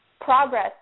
progress